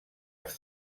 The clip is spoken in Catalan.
els